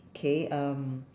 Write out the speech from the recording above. K um